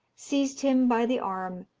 seized him by the arm,